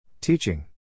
Teaching